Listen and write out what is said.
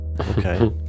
Okay